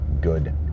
good